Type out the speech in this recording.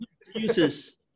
Excuses